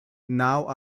now